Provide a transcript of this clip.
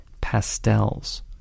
pastels